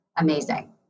Amazing